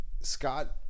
Scott